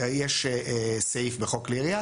יש סעיף בחוק כלי ירייה,